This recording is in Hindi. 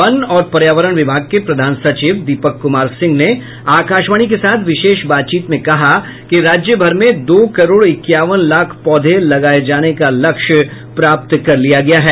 वन और पर्यावरण विभाग के प्रधान सचिव दीपक कुमार सिंह ने आकाशवाणी के साथ विशेष बातचीत में कहा कि राज्य भर में दो करोड़ इक्यावन लाख पौधे लगाये जाने का लक्ष्य प्राप्त कर लिया गया है